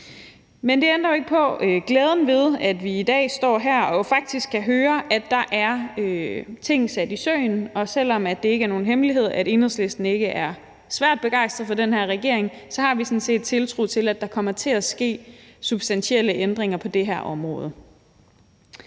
Men det ændrer jo ikke på glæden ved, at vi i dag står her og faktisk kan høre, at der er sat ting i søen. Og selv om det ikke er nogen hemmelighed, at Enhedslisten ikke er svært begejstret for den her regering, så har vi sådan set tiltro til, at der kommer til at ske substantielle ændringer på det her område.